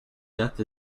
death